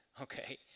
okay